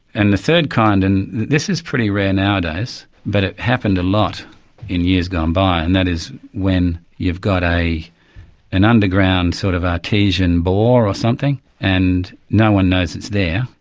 and the third kind, and this is pretty rare nowadays, but it happened a lot in years gone by, and that is when you've got an underground sort of artesian bore or something, and no-one knows it's there,